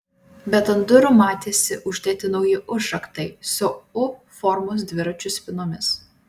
bet ant durų matėsi uždėti nauji užraktai su u formos dviračių spynomis